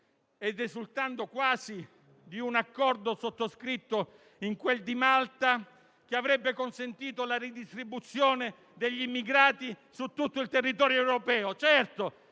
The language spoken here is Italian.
esultando quasi per un Accordo sottoscritto in quel di Malta, che avrebbe consentito la ridistribuzione degli immigrati su tutto il territorio europeo.